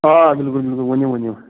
آ بِلکُل بِلکُل ؤنِو ؤنِو